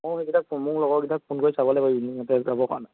মইও সেইকেইটাক মোৰ লগৰকেইটাক ফোন কৰি চাব লাগিব ইভিনিঙতে যাবৰ কাৰণে